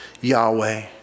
Yahweh